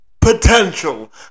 potential